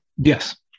Yes